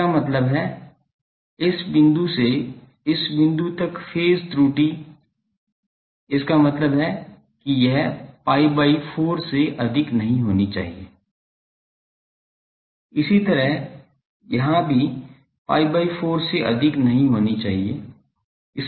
इसका मतलब है इस बिंदु से इस बिंदु तक फेज त्रुटि इसका मतलब है कि यह pi by 4 से अधिक नहीं होनी चाहिए इसी तरह यहाँ भी pi by 4 से अधिक नहीं होनी चाहिए